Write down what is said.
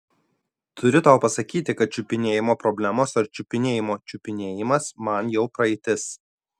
turiu tau pasakyti kad čiupinėjimo problemos ar čiupinėjimo čiupinėjimas man jau praeitis